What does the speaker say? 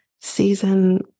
season